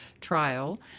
trial